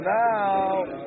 now